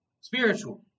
Spiritual